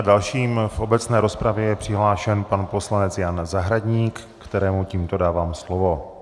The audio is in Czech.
Dalším v obecné rozpravě je přihlášen pan poslanec Jan Zahradník, kterému tímto dávám slovo.